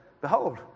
behold